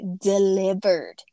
delivered